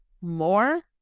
more